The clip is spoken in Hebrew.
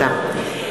תודה.